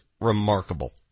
remarkable